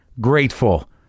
grateful